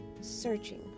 searching